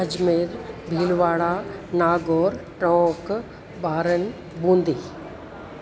Ajmer Bhilwara Nagaur Tonk Baran बूंदी